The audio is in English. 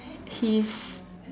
Keith